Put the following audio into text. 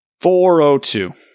402